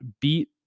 beat